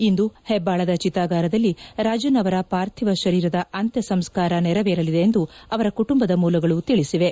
ಇಂದು ಹೆಬ್ಚಾಳದ ಚಿತಾಗಾರದಲ್ಲಿ ರಾಜನ್ ಅವರ ಪಾರ್ಥಿವ ಶರೀರದ ಅಂತ್ಯಸಂಸ್ಕಾರ ನೆರವೇರಲಿದೆ ಎಂದು ಅವರ ಕುಟುಂಬದ ಮೂಲಗಳು ತಿಳಿಸಿವೆ